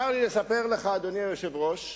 צר לי לספר לך, אדוני היושב-ראש,